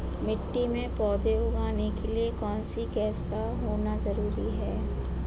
मिट्टी में पौधे उगाने के लिए कौन सी गैस का होना जरूरी है?